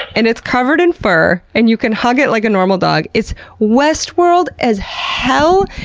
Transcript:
and it's covered in fur, and you can hug it like a normal dog. it's westworld as hell.